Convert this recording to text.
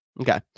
Okay